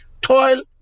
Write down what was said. toil